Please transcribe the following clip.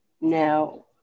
Now